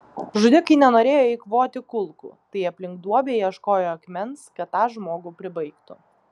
žudikai nenorėjo eikvoti kulkų tai aplink duobę ieškojo akmens kad tą žmogų pribaigtų